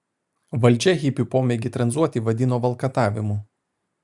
valdžia hipių pomėgį tranzuoti vadino valkatavimu